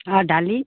আৰু দালি